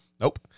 Nope